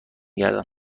گردم